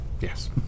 Yes